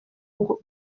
ngo